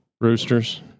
Roosters